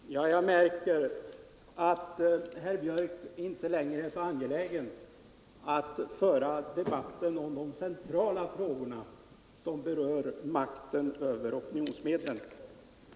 Herr talman! Jag märker att herr Björck i Nässjö inte längre är så angelägen om att föra debatten omkring de centrala frågorna, som berör makten över opinionsmedlen.